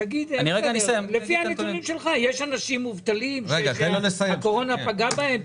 תגיד לפי הנתונים שלך יש אנשים מובטלים שהקורונה פגעה בהם?